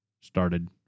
started